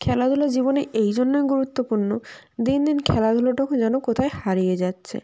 খেলাধুলা জীবনে এই জন্যই গুরুত্বপূর্ণ দিন দিন খেলাধুলোটুকু যেন কোথায় হারিয়ে যাচ্ছে